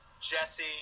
Jesse